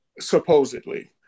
supposedly